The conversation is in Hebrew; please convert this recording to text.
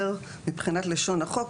מבחינת לשון החוק,